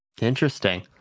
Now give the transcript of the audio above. Interesting